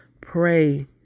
pray